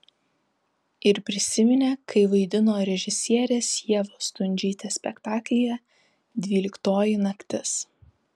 ir prisiminė kai vaidino režisierės ievos stundžytės spektaklyje dvyliktoji naktis